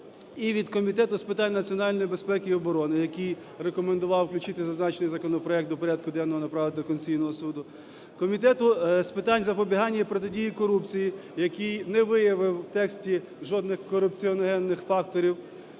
і від Комітету з питань національної безпеки і оборони, який рекомендував включити зазначений законопроект до порядку денного і направити до Конституційного Суду; Комітету з питань запобігання і протидії корупції, який не виявив в тексті жодних корупціогенних факторів;